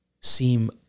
seem